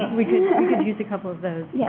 we could use a couple of those yeah